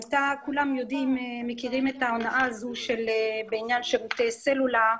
כולם מכירים את ההונאה הזו בעניין שירותי סלולר.